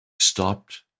stopped